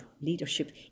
leadership